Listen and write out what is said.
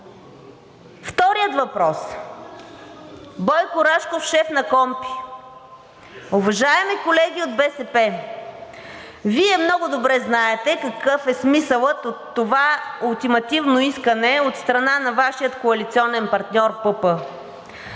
Вторият въпрос – Бойко Рашков шеф на КПКОНПИ. Уважаеми колеги от БСП, Вие много добре знаете какъв е смисълът от това ултимативно искане от страна на Вашия коалиционен партньор ПП,